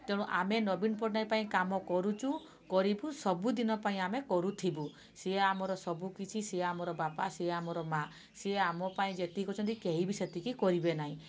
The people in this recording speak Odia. ତେଣୁ ଆମେ ନବୀନ ପଟ୍ଟନାୟକ ପାଇଁ କାମ କରୁୁଛୁ କରିବୁ ସବୁଦିନ ପାଇଁ ଆମେ କରୁଥିବୁ ସିଏ ଆମର ସବୁକିଛି ସିଏ ଆମର ବାପା ସିଏ ଆମର ମା' ସିଏ ଆମ ପାଇଁ ଯେତିକି କରିଚନ୍ତି କେହିବି ସେତିକି କରିବେ ନାହିଁ